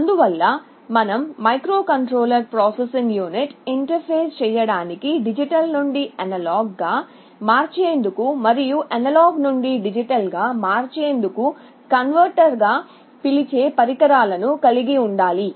అందువల్ల మనం microcontroller processing యూనిట్తో ఇంటర్ఫేస్ చేయడానికి డిజిటల్ నుండి అనలాగ్ గా మార్చేందుకు మరియు అనలాగ్ నుండి డిజిటల్ గా మార్చేందుకు కన్వర్టర్ గా పిలిచే పరికరాలను కలిగి ఉండాలి